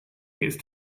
ist